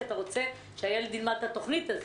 אתה רוצה שהילד ילמד את התוכנית הזאת.